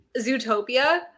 Zootopia